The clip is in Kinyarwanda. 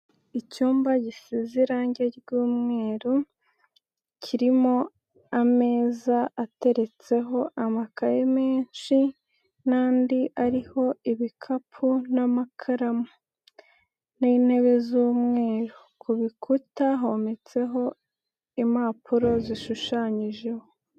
Icyumba gisize irangi ry'umweru, kirimo ameza ateretseho amakaye menshi, n'andi ariho ibikapu n'amakaramu, n'intebe z'umweru, ku bikuta hometseho impapuro zishushanyijeho.